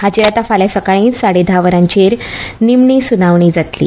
हाचेर आता फाल्यां सकाळीं साडे धा वरांचेर निमणी सुनावणी जातली